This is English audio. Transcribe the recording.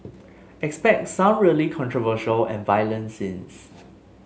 expect some really controversial and violent scenes